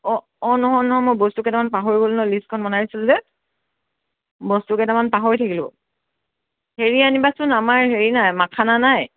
অঁ অ নহয় নহয় মই বস্তুকেইটামান পাহৰি গ'লো নহয় লিষ্টখন বনাইছিলোঁ যে বস্তু কেইটামান পাহৰি থাকিলোঁ হেৰি আনিবাচোন আমাৰ হেৰি নাই মাখানা নাই